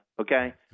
Okay